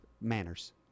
manners